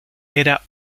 era